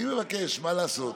אני מבקש, מה לעשות.